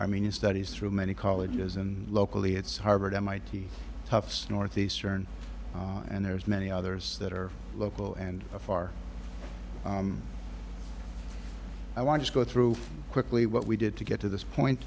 i mean studies through many colleges and locally it's harvard mit toughs northeastern and there's many others that are local and a far i want to go through quickly what we did to get to this point